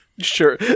Sure